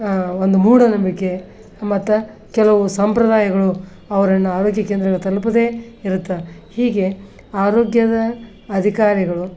ಒಂದು ಮೂಢನಂಬಿಕೆ ಮತ್ತು ಕೆಲವು ಸಂಪ್ರದಾಯಗಳು ಅವರನ್ನು ಆರೋಗ್ಯ ಕೇಂದ್ರಗಳಿಗೆ ತಲುಪದೆ ಇರುತ್ತೆ ಹೀಗೆ ಆರೋಗ್ಯದ ಅಧಿಕಾರಿಗಳು